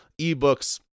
eBooks